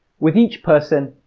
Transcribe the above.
with each person,